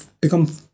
become